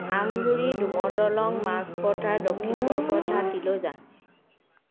Amguri Dumar Dalong Majpathar Dakshin Borpathar Tiloijal